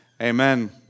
amen